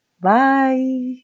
Bye